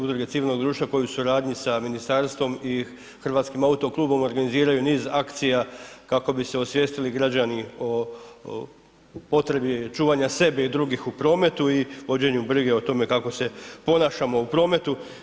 Udruge civilnog društva koji u suradnji sa ministarstvom i Hrvatskim autoklubom organiziraju niz akcija kako bi se osvijestili građani o potrebi čuvanja sebe i drugih u prometu i vođenju brige o tome kako se ponašamo u prometu.